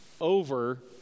over